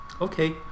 okay